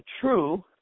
true